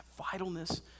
vitalness